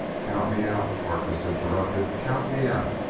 count me out harkness interrupted count me out.